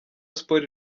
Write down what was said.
sports